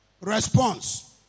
Response